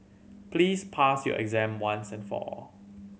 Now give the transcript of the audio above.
please pass your exam once and for all